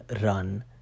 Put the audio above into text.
run